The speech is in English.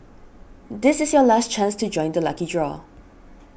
this is your last chance to join the lucky draw